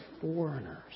foreigners